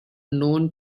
known